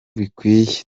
bikwiye